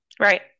Right